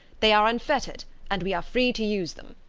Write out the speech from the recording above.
they are unfettered, and we are free to use them.